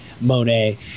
Monet